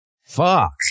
fuck